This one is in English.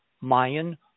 Mayan